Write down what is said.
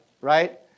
Right